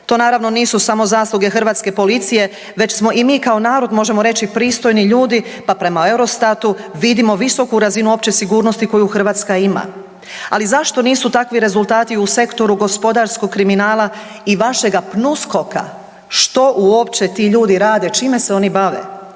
To naravno nisu samo zasluge hrvatske policije, već smo i mi kao narod možemo reći pristojni ljudi pa prema EUROSTAT-u vidimo visoku razinu opće sigurnosti koju Hrvatska ima. Ali zašto nisu takvi rezultati u sektoru gospodarskog kriminala i vašega PNUSKOK-a? Što uopće ti ljudi rade? Čime se oni bave?